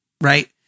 right